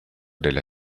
della